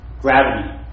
gravity